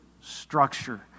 structure